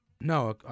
no